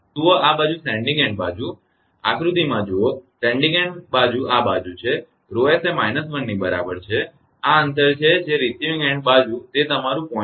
જુઓ આ બાજુ સેન્ડીંગ એન્ડ બાજુ આકૃતિમાંડાયાગ્રામમાં જુઓ સેન્ડીંગ એન્ડ બાજુ આ બાજુ છે 𝜌𝑠 એ −1 ની બરાબર છે અને આ અંતર છે જે રિસીવીંગ એન્ડ બાજુ તે તમારુ 0